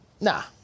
Nah